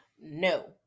No